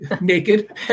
naked